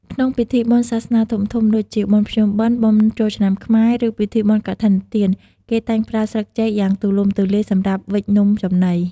ក្នុង ពិធីបុណ្យសាសនាធំៗ ដូចជា បុណ្យភ្ជុំបិណ្ឌ បុណ្យចូលឆ្នាំខ្មែរ ឬពិធីបុណ្យកឋិនទាន គេតែងប្រើស្លឹកចេកយ៉ាងទូលំទូលាយសម្រាប់វេចនំចំណី។